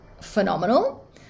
phenomenal